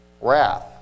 Wrath